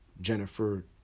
Jennifer